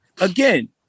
again